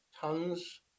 tons